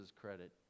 credit